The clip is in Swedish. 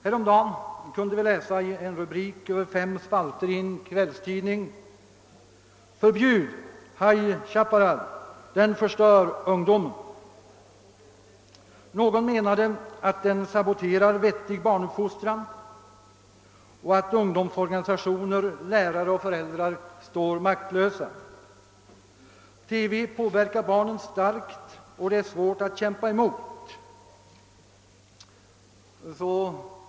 Häromdagen kunde vi i en rubrik över fem spalter i en kvällstidning läsa: Förbjud High Chaparral — den förstör ungdomen. Några som kom till tals i tidningsartikeln menade att denna våldsfilm saboterar vettig barnuppfostran och att ungdomsorganisationer, lärare och föräldrar står maktlösa. TV påverkar barnen starkt, och det är svårt att kämpa emot.